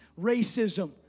racism